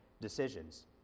decisions